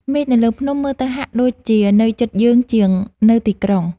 មេឃនៅលើភ្នំមើលទៅហាក់ដូចជានៅជិតយើងជាងនៅទីក្រុង។